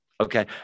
okay